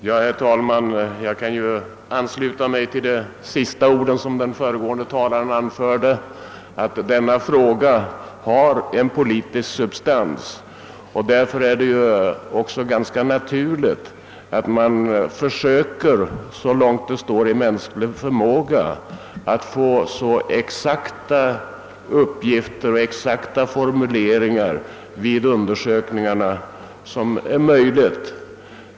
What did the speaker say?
Herr talman! Jag vill ansluta mig till de sista orden i föregående talares yttrande, nämligen att denna fråga har en politisk substans. Därför är det ju ganska naturligt att man försöker, så långt det står i mänsklig förmåga, att få så exakta uppgifter och formuleringar vid undersökningarna som möjligt.